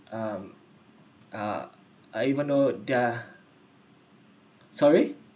um uh even though their sorry